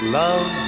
love